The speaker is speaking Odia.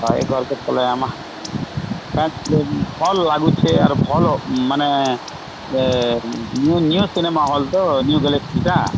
ହଏ ଘର୍ କେ ପଲେଇ ଆଇମା ଭଲ ଲାଗୁଛେ ଆର୍ ଭଲ ମାନେ ନିୟୁ ନିୟୁ ସିନେମା ହଲ୍ ତ ନିୟୁ ଗାଲେକ୍ସି ଟା